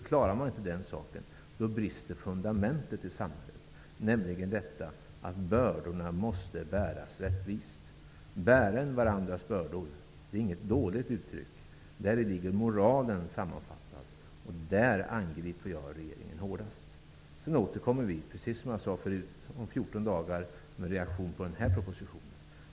Klarar man inte den saken, då brister fundamentet i samhället, nämligen detta att bördorna måste bäras rättvist. Bären varandras bördor, det är inget dåligt uttryck. Däri ligger moralen sammanfattad, och där angriper jag regeringen hårdast. Sedan återkommer vi, precis som jag sade förut, om 14 dagar med reaktion på den här propositionen.